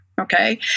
okay